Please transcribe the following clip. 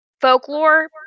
folklore